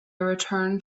returned